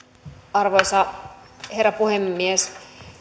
arvoisa herra puhemies